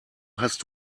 hast